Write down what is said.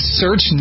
search